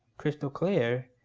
crystal clear,